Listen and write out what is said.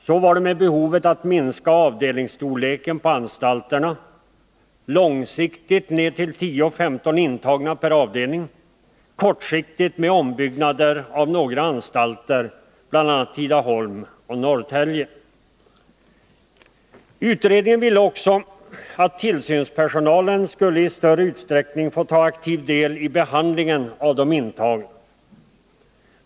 Så var det med behovet att minska avdelningsstorleken på anstalterna, långsiktigt ned till 10-15 intagna per avdelning, kortsiktigt med ombyggnader på några anstalter — bl.a. Tidaholm och Norrtälje. Utredningen ville också att tillsynspersonalen i större utsträckning skulle få ta aktiv del i behandlingen av de intagna.